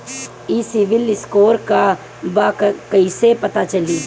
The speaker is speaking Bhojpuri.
ई सिविल स्कोर का बा कइसे पता चली?